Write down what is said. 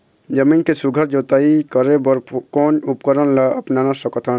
जमीन के सुघ्घर जोताई करे बर कोन उपकरण ला अपना सकथन?